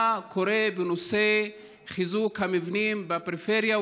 מה קורה בנושא חיזוק המבנים בפריפריה,